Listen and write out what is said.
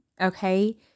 Okay